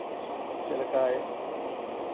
ᱪᱮᱫ ᱞᱮᱠᱟᱭ